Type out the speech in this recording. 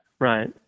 Right